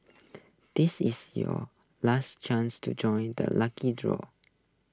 this is your last chance to join the lucky draw